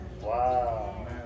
Wow